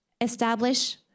establish